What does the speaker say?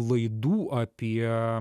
laidų apie